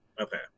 Okay